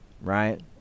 right